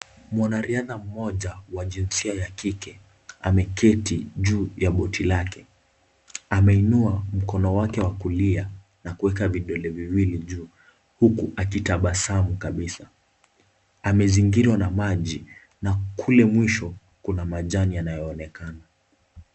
Mwanariadha wa jinsia ya kike ameketi juu la boti lake, ameinua mkono wake wa kulia na kuweka vidole viwili juu, huku akitabasamu kabisa. Amezingirwa na maji na kule mwisho kuna majani yanayoonekana.